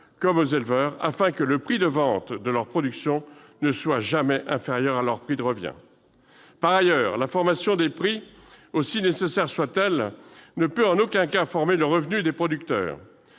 comme aux éleveurs, afin que le prix de vente de leur production ne soit jamais inférieur à leur prix de revient. Par ailleurs, la formation des prix, aussi nécessaire soit-elle, ne peut en aucun cas former le revenu des producteurs.